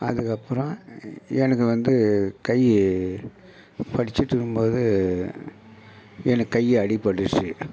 அதுக்கப்புறம் எனக்கு வந்து கை படிச்சுட்டுருக்கும்போது எனக்கு கை அடிப்பட்டிருச்சு